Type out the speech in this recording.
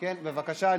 כן, בבקשה.